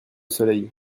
soleil